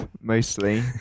mostly